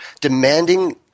demanding